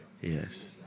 Yes